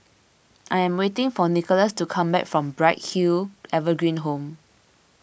I am waiting for Nicolas to come back from Bright Hill Evergreen Home